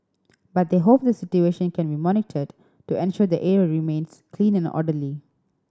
but they hope the situation can be monitored to ensure the area remains clean and orderly